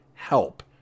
Help